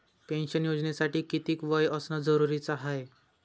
Pension योजनेसाठी कितीक वय असनं जरुरीच हाय?